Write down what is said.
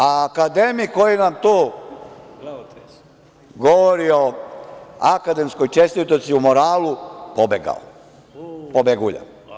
A, akademik koji nam tu govori o akademskoj čestitosti i o moralu, pobegao, pobegulja.